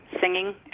singing